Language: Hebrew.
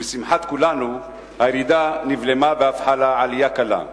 ולשמחת כולנו הירידה נבלמה ואף חלה עלייה קלה.